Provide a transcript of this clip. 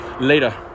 Later